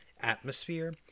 atmosphere